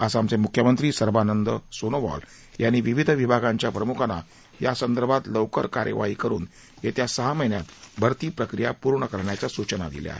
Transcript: आसामचे मुख्यमंत्री सर्वानंद सोनोवाल यांनी विविध विभागांच्या प्रमुखांना यासंदर्भात लवकर कार्यवाही करुन येत्या सहा महिन्यात भरती प्रक्रिया पूर्ण करण्याच्या सूचना दिल्या आहेत